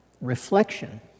reflection